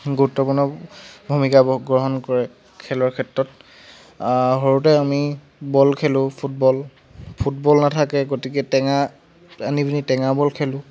গুৰুত্বপূৰ্ণ ভূমিকা গ্ৰহণ কৰে খেলৰ ক্ষেত্ৰত সৰুতে আমি বল খেলোঁ ফুটবল ফুটবল নাথাকে গতিকে টেঙা আনি পিনি টেঙা বল খেলোঁ